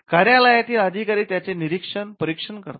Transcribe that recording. कार्यालयातील अधिकारी त्याचे निरीक्षण परीक्षण करतात